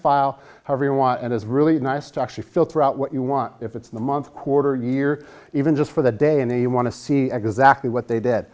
file every want and it's really nice to actually filter out what you want if it's the month quarter year even just for the day and they want to see exactly what they did